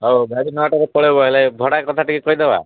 ହଉ ଗାଡ଼ି ନଅଟାରୁ ପଳେଇବ ହେଲେ ଭଡ଼ା କଥା ଟିକେ କହିଦେବା